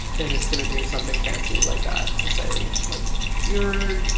and it's going to do something fancy like that to say like your,